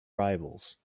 rivals